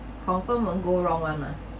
confirmed won't go wrong [one] mah